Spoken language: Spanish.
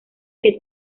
que